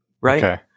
right